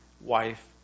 wife